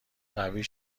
قوی